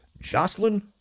Jocelyn